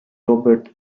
robert